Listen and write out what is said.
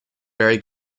very